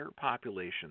population